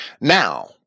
Now